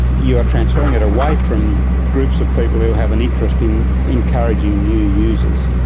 you are transferring it away from groups of people who have an interest in encouraging new users.